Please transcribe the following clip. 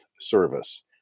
service